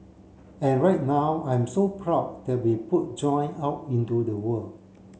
and right now I'm so proud that we put joy out into the world